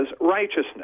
righteousness